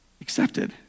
accepted